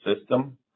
system